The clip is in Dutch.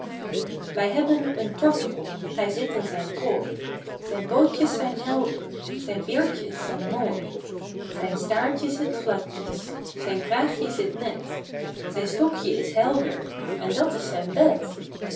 wij hebben een tortel hij zit in zijn kooi zijn pootjes zijn helder zijn veertjes zijn mooi zijn staartje zit gladjes zijn kraagje zit net zijn stokjen is helder en dat is zijn bed